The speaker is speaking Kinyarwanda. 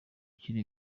kiri